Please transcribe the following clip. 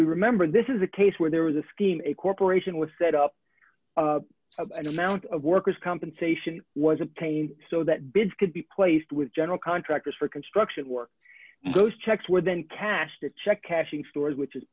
we remember this is a case where there was a scheme a corporation was set up an amount of workers compensation was obtained so that bids could be placed with general contractors for construction work those checks would then cash the check cashing stores which is